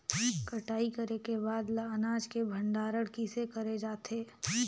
कटाई करे के बाद ल अनाज के भंडारण किसे करे जाथे?